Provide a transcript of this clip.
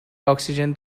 oxygen